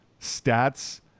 stats